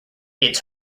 its